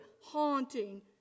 haunting